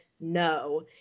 no